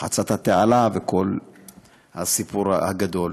חצה את התעלה, וכל הסיפור הגדול.